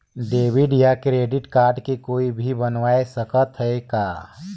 Debit या credit card के कोई भी बनवाय सकत है का?